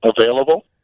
available